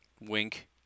wink